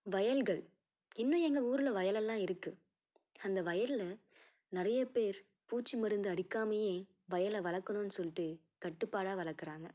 வயல்கள் இன்னும் எங்கள் ஊரில் வயல் எல்லாம் இருக்குது அந்த வயல்ல நிறைய பேர் பூச்சி மருந்து அடிக்காமயே வயலை வளர்க்கணுன்னு சொல்லிட்டு கட்டுப்பாடாக வளர்க்குறாங்க